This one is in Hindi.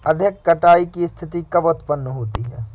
अधिक कटाई की स्थिति कब उतपन्न होती है?